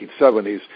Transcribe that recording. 1970s